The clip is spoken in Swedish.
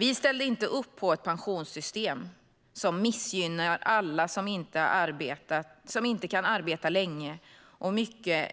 Vi ställde inte upp på ett pensionssystem som missgynnar alla som inte kan arbeta länge och mycket